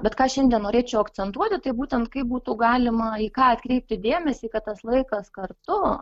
bet ką šiandien norėčiau akcentuoti tai būtent kaip būtų galima į ką atkreipti dėmesį kad tas laikas kartu